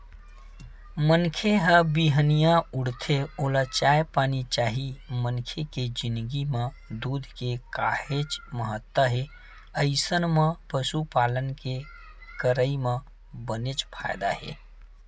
मनखे ह बिहनिया उठथे ओला चाय पानी चाही मनखे के जिनगी म दूद के काहेच महत्ता हे अइसन म पसुपालन के करई म बनेच फायदा हे